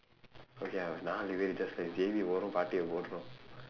okay ah நாழு பேரு:naazhu peeru J_B போறோம்:pooroom partyae போடுறோம்:pooduroom